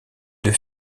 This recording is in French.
deux